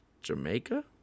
Jamaica